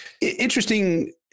interesting